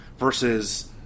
versus